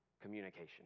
communication